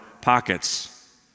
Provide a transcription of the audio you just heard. pockets